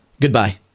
Goodbye